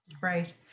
Right